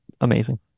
amazing